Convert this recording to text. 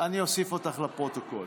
לוועדה שתקבע ועדת הכנסת נתקבלה.